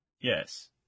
Yes